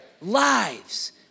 lives